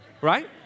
right